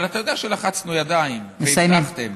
אבל אתה יודע שלחצנו ידיים, והבטחתם.